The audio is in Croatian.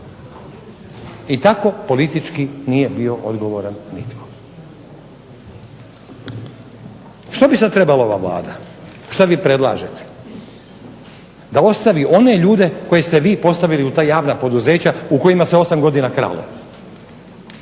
i tako politički nije bio odgovoran nitko. Što bi sada trebala ova Vlada? Što vi predlažete? Da ostavi one ljude koje ste vi postavili u ta javna poduzeća u kojima se 8 godina kralo?